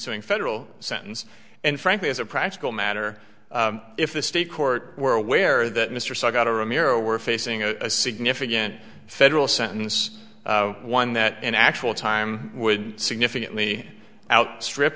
ring federal sentence and frankly as a practical matter if the state court were aware that mr so i got a ramiro we're facing a significant federal sentence one that in actual time would significantly outstrip